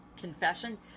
confession